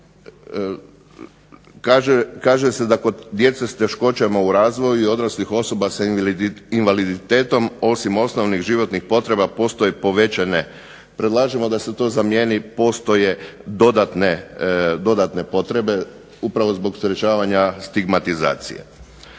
kaže se da kod djece s teškoćama u razvoju i odraslih osoba s invaliditetom osim osnovnih životnih potreba postoje povećane. predlažemo da se to zamijeni postoje dodatne potrebe upravo zbog sprečavanja stigmatizacije.